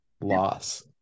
loss